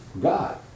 God